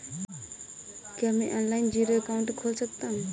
क्या मैं online zero account खोल सकता हूँ?